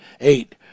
eight